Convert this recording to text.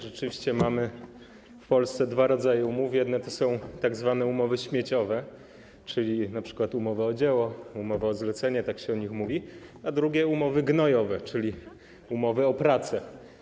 Rzeczywiście mamy w Polsce dwa rodzaje umów: jedne to są tzw. umowy śmieciowe, czyli np. umowa o dzieło, umowa-zlecenie, tak się o nich mówi, a drugie to umowy gnojowe, czyli umowy o pracę.